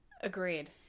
Agreed